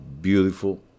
beautiful